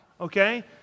okay